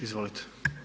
Izvolite.